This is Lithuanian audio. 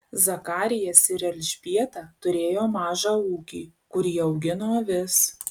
zakarijas ir elžbieta turėjo mažą ūkį kur jie augino avis